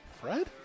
Fred